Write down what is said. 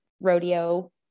rodeo